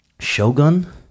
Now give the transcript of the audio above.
shogun